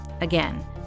Again